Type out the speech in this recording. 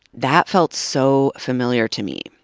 that felt so familiar to me,